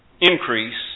increase